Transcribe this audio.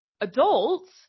adults